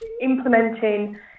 Implementing